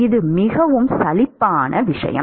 இது மிகவும் சலிப்பான விஷயம்